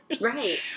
Right